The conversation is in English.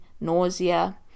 nausea